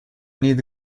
need